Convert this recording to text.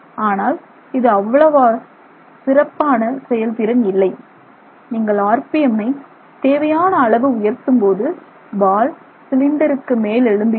ஆனால் இது அவ்வளவு சிறப்பான செயல்திறன் இல்லை நீங்கள் ஆர்பிஎம் ஐ தேவையான அளவு உயர்த்தும்போது பால் சிலிண்டருக்கு மேலெழும்புகிறது